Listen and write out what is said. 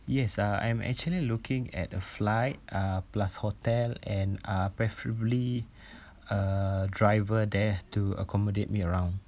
yes uh I'm actually looking at a flight uh plus hotel and uh preferably a driver there to accommodate me around